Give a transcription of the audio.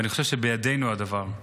אני חושב שבידינו הדבר.